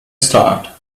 start